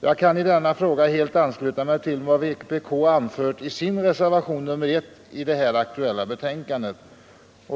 Jag kan i denna fråga helt ansluta mig till vad vpk har anfört i reservationen 1 i det aktuella betänkandet.